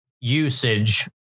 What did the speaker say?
usage